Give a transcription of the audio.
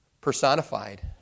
personified